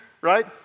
Right